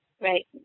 Right